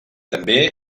també